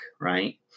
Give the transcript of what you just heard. right